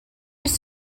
used